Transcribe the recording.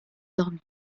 dormi